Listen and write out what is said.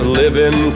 living